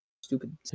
stupid